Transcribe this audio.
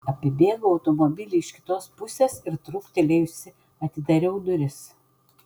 apibėgau automobilį iš kitos pusės ir trūktelėjusi atidariau duris